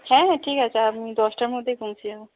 হ্যাঁ হ্যাঁ ঠিক আছে আমি দশটার মধ্যেই পৌঁছে যাব